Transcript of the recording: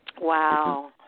Wow